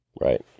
Right